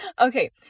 Okay